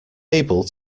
able